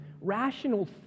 rational